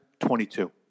22